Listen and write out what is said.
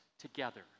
Together